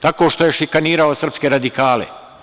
Tako što je šikanirao srpske radikale.